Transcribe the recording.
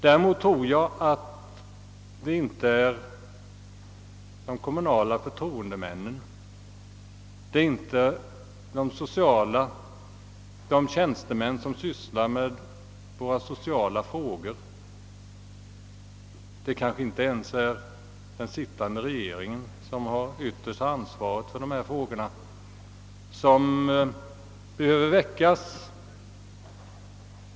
Däremot tror jag inte att det är de kommunala förtroendemännen eller de tjänstemän som sysslar med våra sociala frågor — det kanske inte ens är den sittande regeringen som ytterst bär ansvaret för dessa frågor — som behöver väekas.